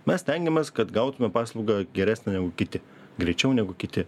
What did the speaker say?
mes stengiamės kad gautume paslaugą geresnę negu kiti greičiau negu kiti